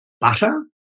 butter